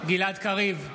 גלעד קריב,